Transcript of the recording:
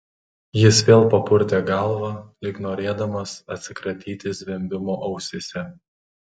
jis vėl papurtė galvą lyg norėdamas atsikratyti zvimbimo ausyse